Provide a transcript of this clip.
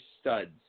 studs